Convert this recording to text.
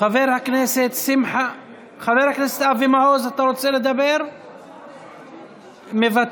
חבר הכנסת אבי מעוז, אתה רוצה לדבר, מוותר.